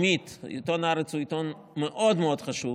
עיתון הארץ הוא עיתון מאוד מאוד חשוב,